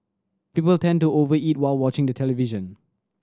people tend to over eat while watching the television